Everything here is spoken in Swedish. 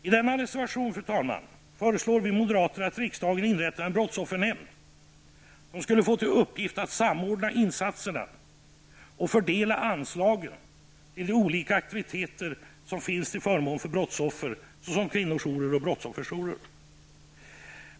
I denna reservation föreslår vi moderater att riksdagen inrättar en brottsoffernämnd som skall få till uppgift att samordna insatserna och fördela anslagen till de olika aktiviteter som finns till förmån för brottsoffer såsom kvinnojourer och brottsofferjourer.